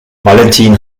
valentin